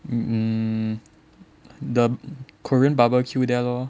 mm the korean barbecue there lor